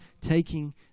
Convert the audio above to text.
taking